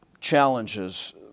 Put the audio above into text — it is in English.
challenges